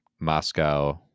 Moscow